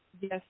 yes